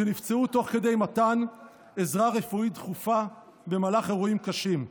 שנפצעו תוך כדי מתן עזרה רפואית דחופה במהלך אירועים קשים.